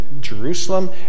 Jerusalem